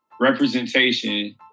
representation